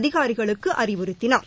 அதிகாரிகளுக்குஅறிவுறுத்தினார்